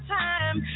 time